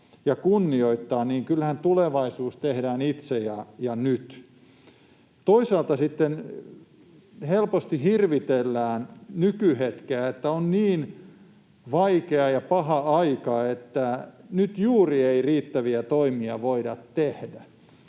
ja kunnioittaa historiaa, mutta kyllähän tulevaisuus tehdään itse ja nyt. Toisaalta sitten helposti hirvitellään nykyhetkeä, että on niin vaikea ja paha aika, että juuri nyt ei riittäviä toimia voida tehdä.